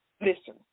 Listen